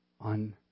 on